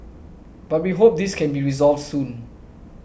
but we hope this can be resolved soon